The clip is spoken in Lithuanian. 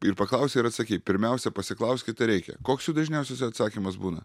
ir paklausei ir atsakei pirmiausia pasiklauskit ar reikia koks jų dažniausias atsakymas būna